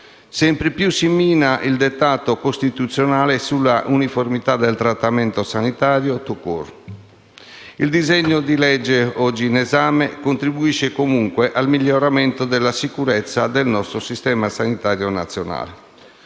sempre più si mina il dettato costituzionale sulla uniformità del trattamento sanitario *tout court*. Il disegno di legge oggi in esame contribuisce comunque al miglioramento della sicurezza del nostro Servizio sanitario nazionale.